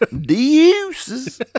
Deuces